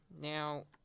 now